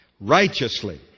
righteously